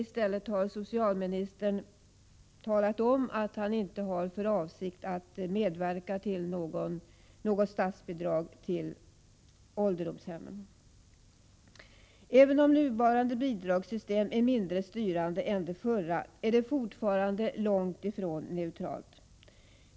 I stället har socialministern talat om att han inte har för avsikt att medverka till något statsbidrag till ålderdomshemmen. Även om nuvarande bidragssystem är mindre styrande än det förra, är det fortfarande långt ifrån neutralt.